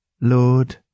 Lord